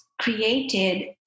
created